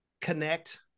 connect